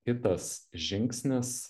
kitas žingsnis